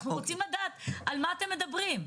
אנחנו רוצים לדעת על מה אתם מדברים.